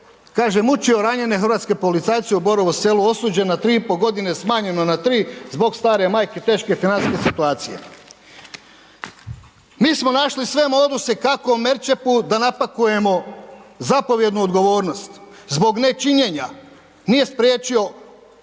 kaže, mučio ranjene hrvatske policajce u Borovu Selu, osuđen na 3,5 godine, smanjeno na 3 zbog stare majke, teške financijske situacije. Mi smo našli sve moduse kako Merčepu da napakujemo zapovjednu odgovornost. Zbog nečinjenja. Nije spriječio